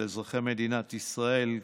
של אזרחי מדינת ישראל,